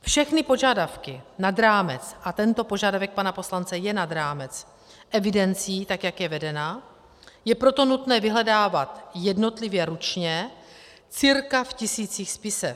Všechny požadavky nad rámec, a tento požadavek pana poslance je nad rámec evidencí, tak jak je vedena, je proto nutné vyhledávat jednotlivě ručně cirka v tisících spisech.